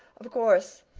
of course,